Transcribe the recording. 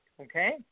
okay